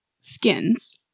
Skins